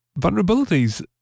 vulnerabilities